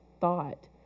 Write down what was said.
thought